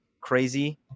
crazy